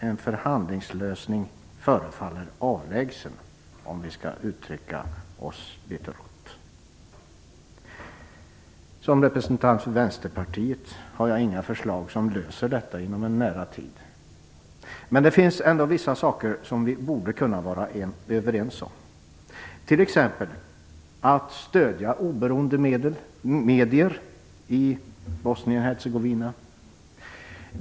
En förhandlingslösning förefaller avlägsen, för att uttrycka det litet rått. Som representant för Vänsterpartiet har jag inga förslag som löser detta inom en nära tid. Men det finns ändå vissa saker som vi borde kunna vara överens om, t.ex. att stödja oberoende medier i Bosnien Hercegovina.